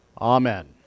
Amen